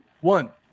one